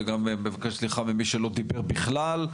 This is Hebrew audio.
ואני מבקש סליחה ממי שלא דיבר בכלל.